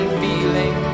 feeling